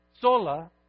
Sola